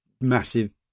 massive